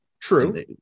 True